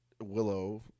Willow